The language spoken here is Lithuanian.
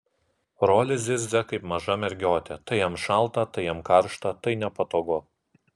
rolis zirzia kaip maža mergiotė tai jam šalta tai jam karšta tai nepatogu